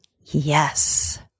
yes